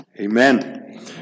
amen